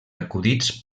acudits